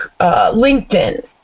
LinkedIn